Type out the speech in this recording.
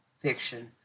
fiction